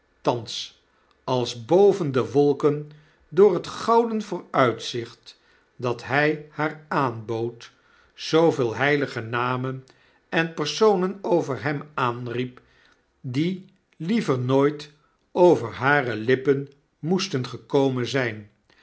thans als boven dewolken door net gouden vooruitzicht dat hy haaraanbood zooveel heilige namen en personen over hem aanriep die liever nooit over hare lippen moesten gekomen zyn